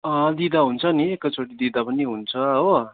अँ दिँदा हुन्छ नि एकैचोटि दिँदा पनि हुन्छ हो